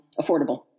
affordable